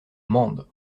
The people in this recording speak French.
mende